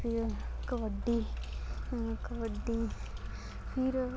फिर कबड्डी कबड्डी फिर